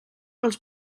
els